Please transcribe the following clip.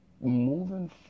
Moving